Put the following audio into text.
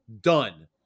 done